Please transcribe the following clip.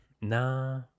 Nah